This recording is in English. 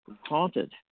haunted